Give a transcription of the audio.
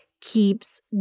keeps